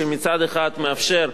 שמצד אחד מאפשר,